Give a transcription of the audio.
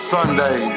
Sunday